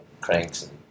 cranks